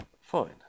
Fine